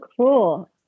cool